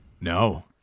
No